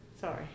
sorry